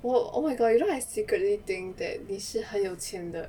我 oh my god you know I secretly think that 你是很有钱的